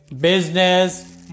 business